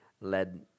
led